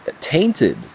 tainted